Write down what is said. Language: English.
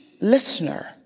listener